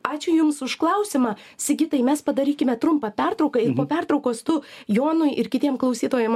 ačiū jums už klausimą sigitai mes padarykime trumpą pertrauką ir po pertraukos tu jonui ir kitiem klausytojam